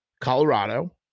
Colorado